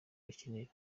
bakinira